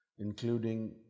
including